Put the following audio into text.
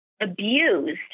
abused